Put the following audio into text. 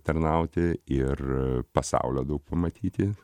tarnauti ir pasaulio daug pamatyti